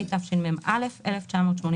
התשמ"א ‏1981,